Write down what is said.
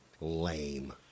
Lame